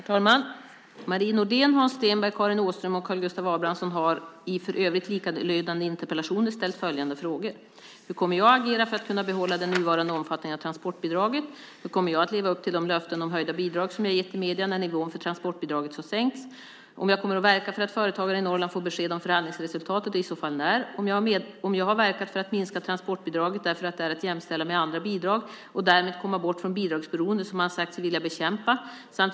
Herr talman! Marie Nordén, Hans Stenberg, Karin Åström och Karl Gustav Abrahamsson har, i för övrigt likalydande interpellationer, ställt följande frågor: Hur kommer jag att agera för att kunna behålla den nuvarande omfattningen av transportbidraget? Hur kommer jag att leva upp till de löften om höjda bidrag, som jag gett i medierna, när nivån för transportbidraget har sänkts? Kommer jag att verka för att företagare i Norrland får besked om förhandlingsresultatet och i så fall när? Har jag verkat för att minska transportbidraget därför att det är att jämställa med andra bidrag och därmed komma bort från bidragsberoendet som man sagt sig vilja bekämpa?